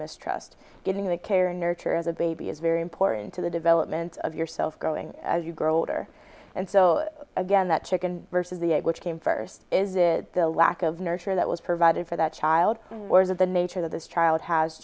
mistrust getting the care and nurture of the baby is very important to the development of yourself growing as you grow older and so again that chicken versus the egg which came first is it the lack of nurture that was provided for that child or that the nature of this child has